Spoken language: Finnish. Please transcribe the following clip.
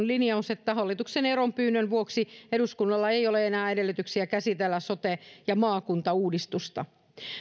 linjaus että hallituksen eronpyynnön vuoksi eduskunnalla ei ole enää edellytyksiä käsitellä sote ja maakuntauudistusta